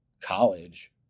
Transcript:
college